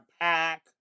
pack